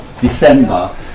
December